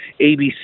ABC